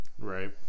Right